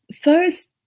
first